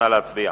נא להצביע.